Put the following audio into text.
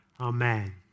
Amen